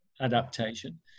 adaptation